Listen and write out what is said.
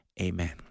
amen